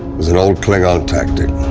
was an old klingon tactic.